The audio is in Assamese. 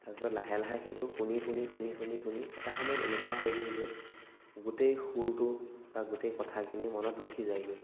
তাৰপাছত লাহে লাহে সেইটো শুনি শুনি শুনি শুনি শুনি এটা সময়ত এনেকুৱা হৈ গ'ল যে গোটেই সুৰটো বা গোটেই কথাখিনি মনত ৰখি যায়গৈ